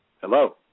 Hello